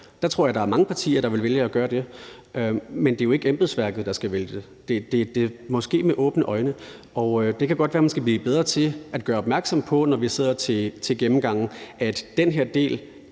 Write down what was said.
Der tror jeg, der er mange partier, der ville vælge at gøre det, men det er jo ikke embedsværket, der skal vælge det. Det må ske med åbne øjne, og det kan godt være, man skal blive bedre til at gøre opmærksom på, når vi sidder til gennemgange, at den her del